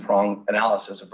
prong analysis of